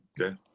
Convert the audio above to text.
Okay